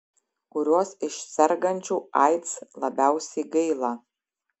kurios iš sergančių aids labiausiai gaila